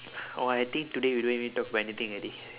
oh I think today we don't really need talk about anything already